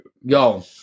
Yo